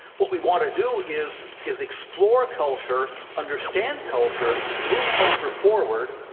what we want to do is is explore culture, understand culture, move culture forward,